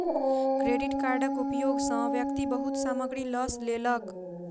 credit कार्डक उपयोग सॅ व्यक्ति बहुत सामग्री लअ लेलक